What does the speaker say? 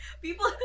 People